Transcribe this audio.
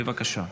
בבקשה.